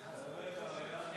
גמלה לעובדים בעסק בהליכי הבראה),